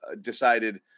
decided